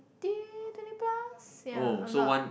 twenty twenty plus yeah um not